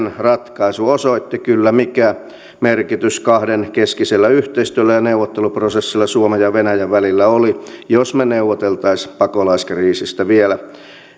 ratkaisu osoitti kyllä mikä merkitys kahdenkeskisellä yhteistyöllä ja neuvotteluprosessilla suomen ja venäjän välillä oli jos me neuvottelisimme pakolaiskriisistä vielä